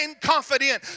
confident